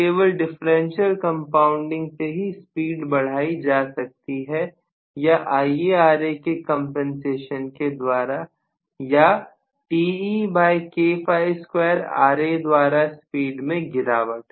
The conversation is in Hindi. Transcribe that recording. तो केवल डिफरेंशियल कंपाउंडिंग से ही स्पीड बढ़ाई जा सकती है या IaRa के कंपनसेशन के द्वारा या द्वारा स्पीड में गिरावट